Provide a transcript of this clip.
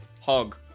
Hog